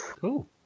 cool